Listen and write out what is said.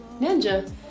Ninja